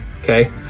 okay